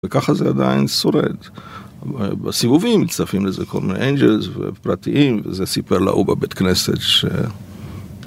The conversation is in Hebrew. וככה זה עדיין שורד בסיבובים, מצטרפים לזה כל מיני אנג'לס ופרטים, וזה סיפר להוא בבית כנסת ש...